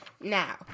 now